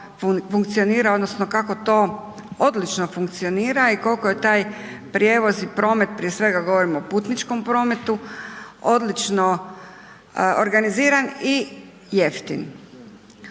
odnosno kako to odlično funkcionira i koliko je taj prijevoz i promet, prije svega govorimo putničkom prometu odlično organiziran i jeftin.